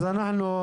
בסוף יוני,